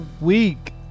week